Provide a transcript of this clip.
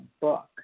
book